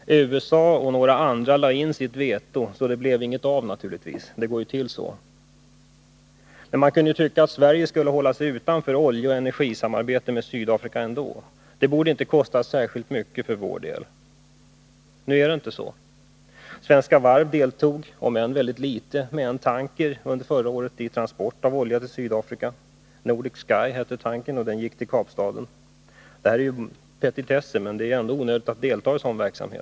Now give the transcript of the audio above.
USA och några andra lade in sitt veto, så det blev naturligtvis ingenting av med detta — det är ju så det går till. Man kunde tycka att Sverige skulle hålla sig utanför oljeoch energisamarbete med Sydafrika ändå. Det borde inte kosta oss särskilt mycket. Nu är det inte så. Svenska Varv deltog under förra året — om än med endast en tanker — i en transport av olja till Sydafrika. Nordic Sky hette tankern, som gick till Kapstaden. Det här är naturligtvis petitesser, men det är ändå onödigt att delta i en sådan verksamhet.